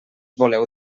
voleu